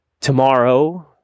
tomorrow